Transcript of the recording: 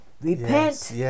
repent